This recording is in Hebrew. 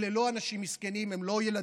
אלה לא אנשים מסכנים, הם לא ילדים,